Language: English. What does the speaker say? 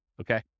Okay